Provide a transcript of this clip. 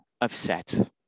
upset